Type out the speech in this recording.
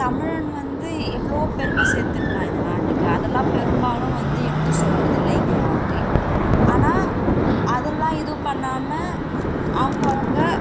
தமிழன் வந்து எவ்வளோவோ பெருமை சேர்த்துருக்கான் இந்த நாட்டுக்கு அதெல்லாம் பெரும்பாலும் வந்து எடுத்து சொல்கிறது இல்லை இங்கே யாருமே ஆனால் அதெல்லாம் இது பண்ணாமல் அவங்கவுங்க